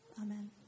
Amen